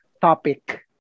topic